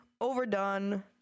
Overdone